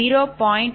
54MW